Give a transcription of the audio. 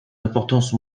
importance